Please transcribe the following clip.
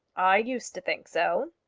i used to think so.